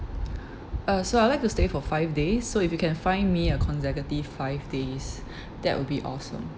uh so I'd like to stay for five days so if you can find me a consecutive five days that would be awesome